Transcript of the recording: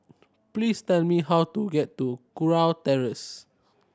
please tell me how to get to Kurau Terrace